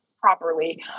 properly